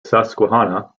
susquehanna